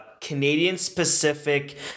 Canadian-specific